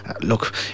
look